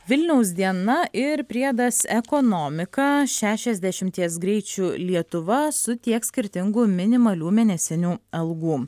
vilniaus diena ir priedas ekonomika šešiasdešimties greičių lietuva su tiek skirtingų minimalių mėnesinių algų